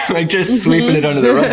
like just sweeping it under the